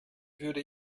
würde